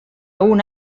una